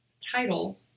Title